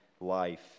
life